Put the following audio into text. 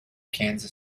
kansas